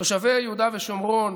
תושבי יהודה ושומרון